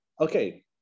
okay